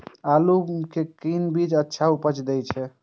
आलू के कोन बीज अच्छा उपज दे छे?